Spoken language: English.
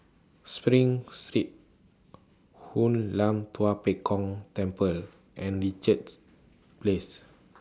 SPRING Street Hoon Lam Tua Pek Kong Temple and Richards Place